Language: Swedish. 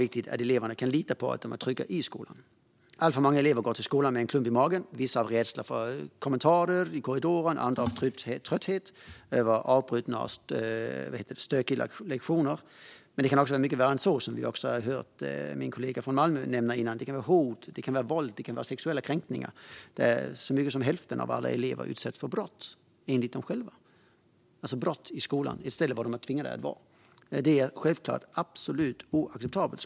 Eleverna måste kunna lita på att de är trygga i skolan. Alltför många elever går till skolan med en klump i magen, vissa av rädsla för kommentarer i korridoren, andra av trötthet eller av avbrutna och stökiga lektioner. Men det kan vara mycket värre än så, vilket vi hörde av min kollega från Malmö. Det kan gälla hot, våld och sexuella kränkningar. Så mycket som hälften av alla elever utsätts för brott, enligt dem själva. Det förekommer alltså brott i skolan där de är tvungna att vara. Det är självklart absolut oacceptabelt.